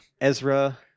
Ezra